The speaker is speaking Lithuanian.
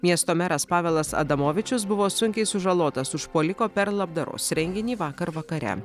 miesto meras pavelas adamovičius buvo sunkiai sužalotas užpuoliko per labdaros renginį vakar vakare